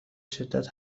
شدت